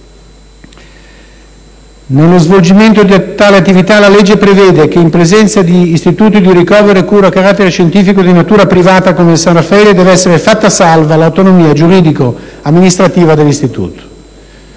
Nello svolgimento di tale attività, la legge prevede che, in presenza di istituti di ricovero e cura a carattere scientifico di natura privata come il San Raffaele, deve essere fatta salva «l'autonomia giuridico-amministrativa» dell'istituto.